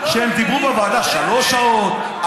הם דיברו בוועדה שלוש שעות,